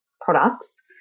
products